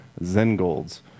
Zengold's